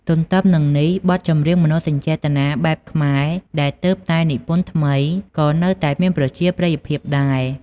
ទន្ទឹមនឹងនេះ បទចម្រៀងមនោសញ្ចេតនាបែបខ្មែរដែលទើបតែនិពន្ធថ្មីក៏នៅតែមានប្រជាប្រិយភាពដែរ។